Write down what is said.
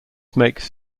makes